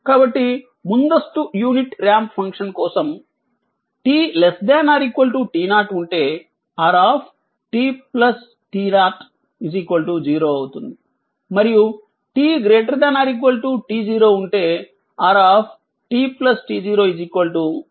కాబట్టి ముందస్తు unit ramp function కోసం t ≤ t0 ఉంటే rt t0 0 అవుతుంది మరియు t ≥ t0 ఉంటే rt t0 t t0 అవుతుంది